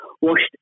washed